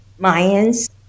Mayans